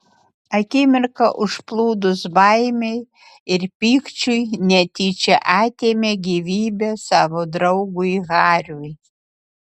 akimirką užplūdus baimei ir pykčiui netyčia atėmė gyvybę savo draugui hariui